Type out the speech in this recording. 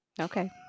Okay